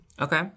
okay